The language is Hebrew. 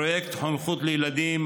פרויקט חונכות לילדים,